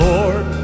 Lord